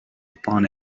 upon